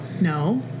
no